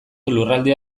lurraldea